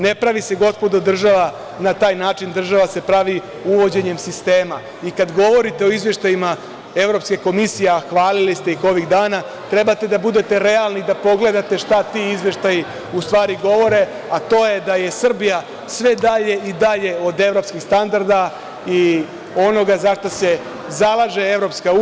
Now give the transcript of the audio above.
Ne pravi se gospodo država na taj način, država se pravi uvođenjem sistema i kad govorite o izveštajima Evropske komisije, a hvalili ste ih ovih dana trebate da budete realni da pogledate šta ti izveštaji u stvari govore, a to je da je Srbija sve dalje i dalje od evropskih standarda i onoga za šta se zalaže EU.